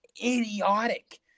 Idiotic